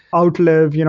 out live, you know